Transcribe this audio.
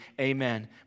Amen